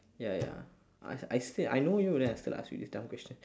ya ya I said I know you then I still ask you this dumb question